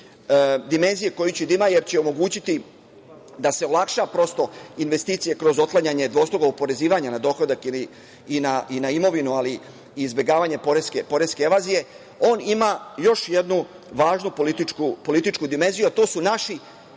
dimenzije koju će da ima jer će omogućiti da se olakšaju prosto investicije kroz otklanjanje dvostrukog oporezivanja na dohodak i na imovinu, ali i izbegavanje poreske evazije, on ima još jednu važnu političku dimenziju, a to su naši